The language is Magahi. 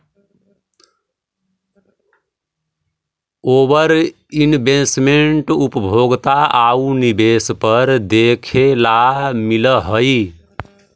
ओवर इन्वेस्टमेंट उपभोग आउ निवेश पर देखे ला मिलऽ हई